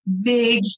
big